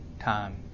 time